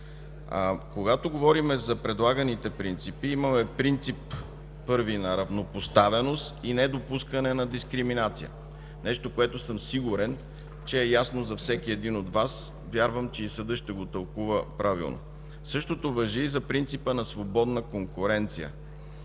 Когато говорим за предлаганите принципи, имаме първи принцип на равнопоставеност и недопускане на дискриминация – нещо, което съм сигурен, че е ясно за всеки един от Вас. Вярвам, че и съдът ще го тълкува правилно. Същото важи и за принципа на свободната конкуренция.